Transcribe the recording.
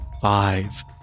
five